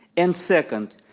and second,